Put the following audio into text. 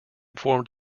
formed